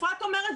אפרת אומרת,